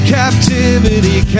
captivity